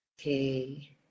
okay